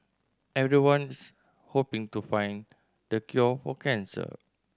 everyone's hoping to find the cure for cancer